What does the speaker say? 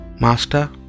Master